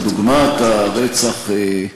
דוגמת הרצח,